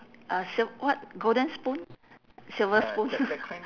uh silk what golden spoon silver spoon